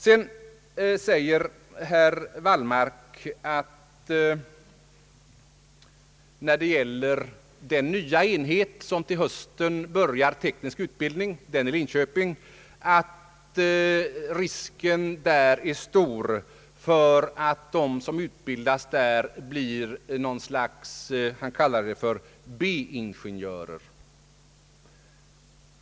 Beträffande den nya enhet som i höst startar teknisk utbildning i Linköping säger herr Wallmark att risken är stor för att de som utbildas där skall bli ett slags B-ingenjörer som herr Wallmark formulerade det.